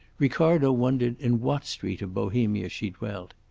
ricardo wondered in what street of bohemia she dwelt.